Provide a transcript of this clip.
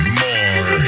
more